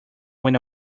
when